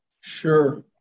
Sure